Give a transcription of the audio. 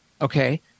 Okay